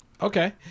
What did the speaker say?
Okay